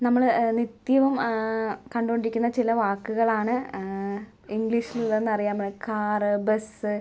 നമ്മള് നിത്യവും കണ്ടോണ്ടിരിക്കുന്ന ചില വാക്കുകളാണ് ഇംഗ്ലിഷിലുളതെന്ന് അറിയാം കാറ് ബസ്സ്